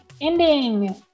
Ending